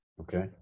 Okay